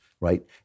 right